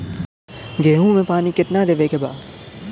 गेहूँ मे पानी कितनादेवे के बा?